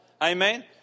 amen